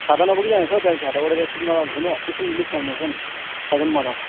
छाता नबोकी जानुपर्छ हौ त्यहाँनिर छाता ओढेर नगएको छ भने एकछिन लिफ्ट माग्नुपर्छ नि त्यहाँ नि मजा आउँछ